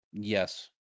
yes